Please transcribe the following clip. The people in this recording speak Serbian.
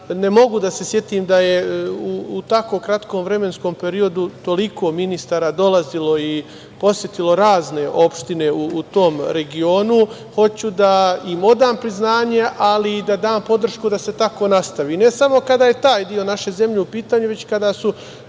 Ne mogu da se setim da je u tako kratkom vremenskom periodu toliko ministara dolazilo i posetilo razne opštine u tom regionu. Hoću da im odam priznanje, ali i da dam podršku da se tako nastavi. Ne samo kada je taj deo naše zemlje u pitanju, već kada su